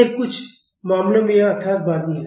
खैर कुछ मामलों में यह यथार्थवादी है